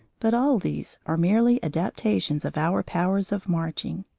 but all these are merely adaptations of our powers of marching.